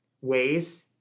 ways